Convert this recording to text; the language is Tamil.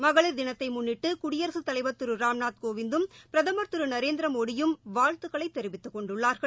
மகளிர் தினத்தை முன்னிட்டு குடியரசு தலைவர் திரு ராம்நாத் கோவிந்தும் பிரதமர் திரு நரேந்திர மோடியும் வாழ்த்துக்களை தெரிவித்துக் கொண்டுள்ளார்கள்